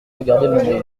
regarder